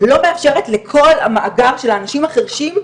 לא מאפשרת לכל המאגר של האנשים החרשים,